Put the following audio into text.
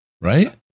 Right